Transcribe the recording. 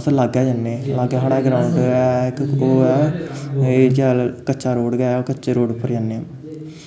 अस लाग्गै जन्नें लाग्गै साढ़े ग्राउंड ऐ इक ओह् ऐ कच्चा रोड कच्चे रोड पर गै जन्नें